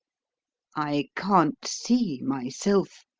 i can't see, myself,